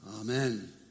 Amen